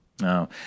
No